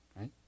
right